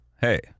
hey